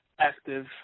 active